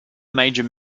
major